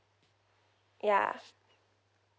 ya